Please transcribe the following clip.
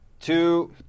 two